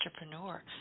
entrepreneur